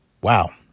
Wow